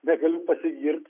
negaliu pasigirt